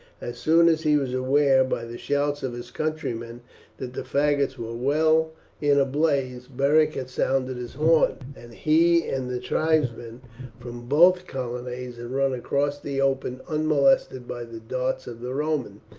as soon as he was aware by the shouts of his countrymen that the faggots were well in a blaze, beric had sounded his horn, and he and the tribesmen from both colonnades had run across the open unmolested by the darts of the romans,